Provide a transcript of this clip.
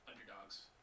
underdogs